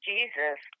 Jesus